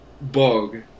bug